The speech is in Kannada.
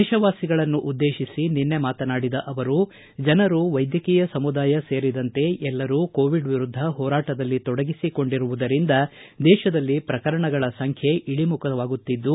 ದೇಶವಾಸಿಗಳನ್ನು ಉದ್ದೇತಿಸಿ ನಿನ್ನೆ ಮಾತನಾಡಿದ ಅವರು ಜನರು ವೈದ್ಯಕೀಯ ಸಮುದಾಯ ಸೇರಿದಂತೆ ಎಲ್ಲರೂ ಕೋವಿಡ್ ವಿರುದ್ಧ ಹೋರಾಟದಲ್ಲಿ ತೊಡಗಿಸಿಕೊಂಡಿರುವುದರಿಂದ ದೇತದಲ್ಲಿ ಪ್ರಕರಣಗಳ ಸಂಖ್ಯೆ ಇಳಮುಖವಾಗುತ್ತಿದ್ದು